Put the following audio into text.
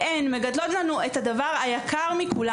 הן מגדלות לנו את הדבר היקר מכולם.